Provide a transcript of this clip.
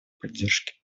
поддержки